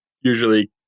usually